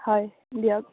হয় দিয়ক